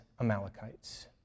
Amalekites